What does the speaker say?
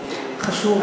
חשוב.